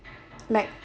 like